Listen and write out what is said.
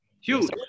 Huge